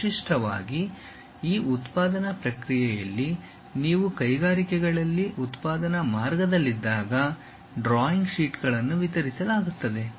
ವಿಶಿಷ್ಟವಾಗಿ ಈ ಉತ್ಪಾದನಾ ಪ್ರಕ್ರಿಯೆಯಲ್ಲಿ ನೀವು ಕೈಗಾರಿಕೆಗಳಲ್ಲಿ ಉತ್ಪಾದನಾ ಮಾರ್ಗದಲ್ಲಿದ್ದಾಗ ಡ್ರಾಯಿಂಗ್ ಶೀಟ್ಗಳನ್ನು ವಿತರಿಸಲಾಗುತ್ತದೆ